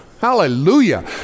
Hallelujah